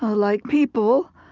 ah like people,